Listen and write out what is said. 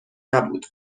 نبود